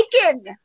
taken